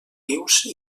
vius